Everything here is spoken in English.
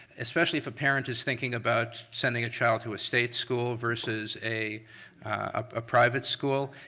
especially if a parent is thinking about sending a child to a state school versus a a private school.